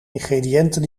ingrediënten